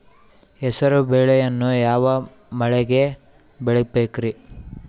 ಹೆಸರುಬೇಳೆಯನ್ನು ಯಾವ ಮಳೆಗೆ ಬೆಳಿಬೇಕ್ರಿ?